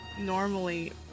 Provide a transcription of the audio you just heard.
normally